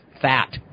fat